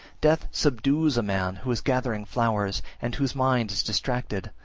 death subdues a man who is gathering flowers, and whose mind is distracted,